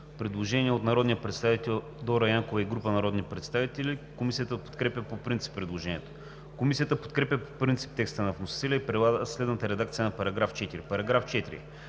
предложението. Предложение от Дора Янкова и група народни представители. Комисията подкрепя по принцип предложението. Комисията подкрепя по принцип текста на вносителя и предлага следната редакция на § 25: „§